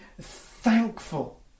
thankful